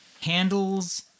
handles